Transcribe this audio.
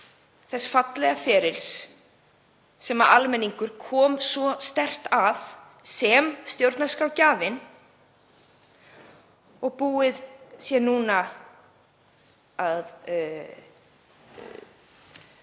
þess fallega ferils sem almenningur kom svo sterkt að sem stjórnarskrárgjafinn og núna sé búið að